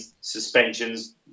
suspensions